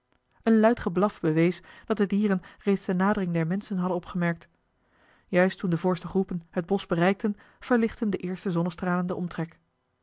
een luid geblaf bewees dat de dieren reeds de nadering der menschen hadden opgemerkt juist toen de voorste groepen het bosch bereikten verlichtten de eerste zonnestralen den omtrek